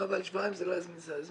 לא, אבל שבועיים זה לא מספיק זמן.